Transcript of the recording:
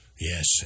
Yes